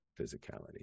physicality